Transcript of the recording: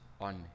on